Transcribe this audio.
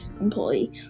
employee